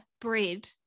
bread